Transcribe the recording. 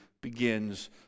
begins